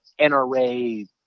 NRA